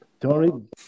Tony